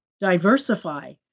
diversify